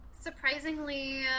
surprisingly